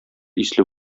исле